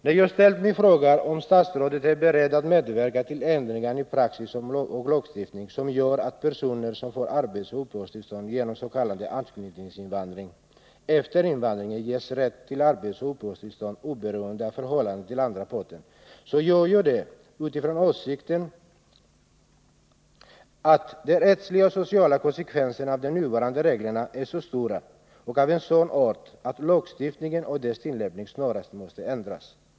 När jag har ställt min fråga, om statsrådet är beredd att medverka till sådana ändringar i praxis och lagstiftning att personer som får arbetsoch uppehållstillstånd genom s.k. anknytningsinvandring efter invandringen ges rätt till arbetsoch uppehållstillstånd oberoende av förhållandet till den andra parten, har jag gjort det utifrån åsikten att de rättsliga och sociala konsekvenserna av de nuvarande reglerna är så stora och av en sådan art att lagstiftningen och dess tillämpning snarast måste ändras.